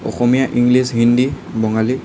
Asomiya English Hindi Bangali